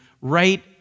right